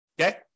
Okay